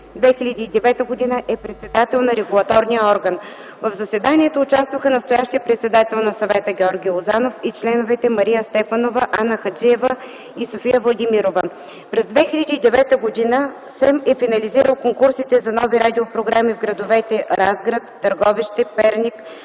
2009 г., е председател на регулаторния орган. В заседанието участваха настоящият председател на Съвета Георги Лозанов и членовете: Мария Стефанова, Анна Хаджиева и София Владимирова. През 2009 г. СЕМ е финализирал конкурсите за нови радиопрограми в градовете Разград, Търговище, Перник,